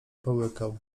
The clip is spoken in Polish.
połykał